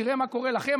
תראה מה קורה לכם,